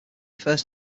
first